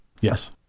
Yes